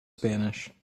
spanish